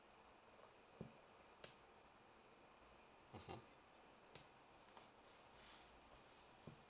okay